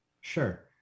Sure